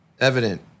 evident